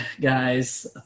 guys